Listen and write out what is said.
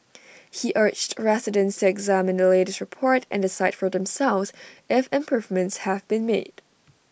he urged residents to examine the latest report and decide for themselves if improvements have been made